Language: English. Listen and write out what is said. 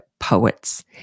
Poets